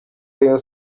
rayon